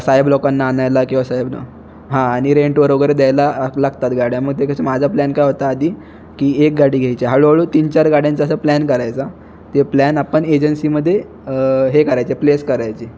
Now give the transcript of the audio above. साहेब लोकांना आणायला किंवा साहेबना हां आणि रेंटवर वगैरे द्यायला लागतात गाड्या मग ते कसे माझा प्लॅन काय होता आधी की एक गाडी घ्यायची हळूहळू तीन चार गाड्यांचा असा प्लॅन करायचा ते प्लॅन आपण एजन्सीमध्ये हे करायचं प्लेस करायची